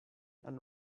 and